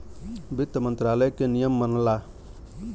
वित्त मंत्रालय के नियम मनला